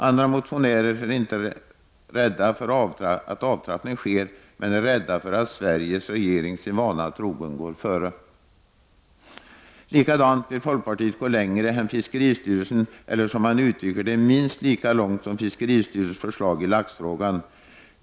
Andra motionärer är inte rädda för att en avtrappning sker, men de är rädda för att Sveriges regering sin vana trogen går före. På samma sätt vill folkpartiet gå längre än fiskeristyrelsen eller, som man uttrycker det, minst lika långt som fiskeristyrelsen i sitt förslag i laxfrågan.